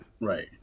Right